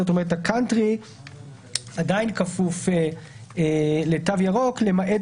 זאת אומרת הקאנטרי עדיין כפוף לתו ירוק למעט